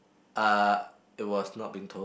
uh it was not being told